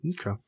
Okay